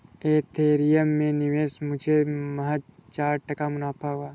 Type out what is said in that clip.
Ethereum में निवेश मुझे महज चार टका मुनाफा हुआ